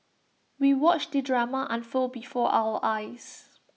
we watched the drama unfold before our eyes